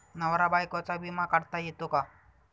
नवरा बायकोचा विमा काढता येतो का?